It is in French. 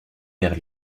vers